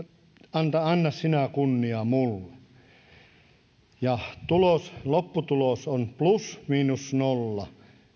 anna sinä kunnia mulle lopputulos on plus miinus nolla